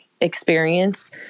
experience